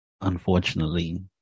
unfortunately